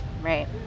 Right